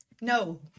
no